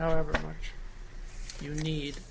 however you need